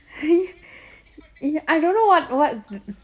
I I don't know what